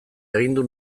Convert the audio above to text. agindu